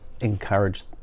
encourage